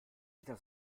wieder